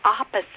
opposite